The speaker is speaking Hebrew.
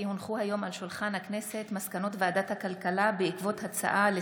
כי הונחו היום על שולחן הכנסת מסקנות ועדת הכלכלה בעקבות דיון בהצעתם של